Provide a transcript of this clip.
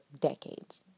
decades